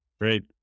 Great